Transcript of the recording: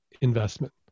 investment